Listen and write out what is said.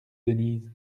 denise